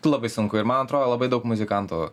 tai labai sunku ir man atrodo labai daug muzikantų